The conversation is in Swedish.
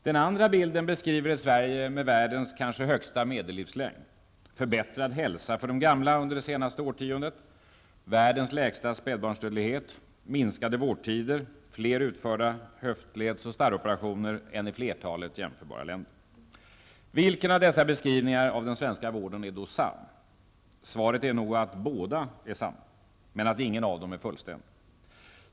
Den andra bilden beskriver Sverige som ett land med världens kanske högsta medellivslängd, under de senaste årtiondet förbättrad hälsa för de gamla under det senaste årtiondet, världens lägsta spädbarnsdödlighet, minskade vårdtider och fler utförda höftleds och starroperationer än i flertalet jämförbara länder. Vilken av dessa beskrivningar över den svenska vården är sann? Svaret är nog att båda är sanna att inte någon av bilderna är fullständig.